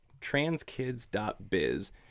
TransKids.biz